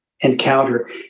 encounter